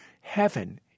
Heaven